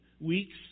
weeks